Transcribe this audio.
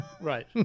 Right